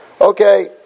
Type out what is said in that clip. Okay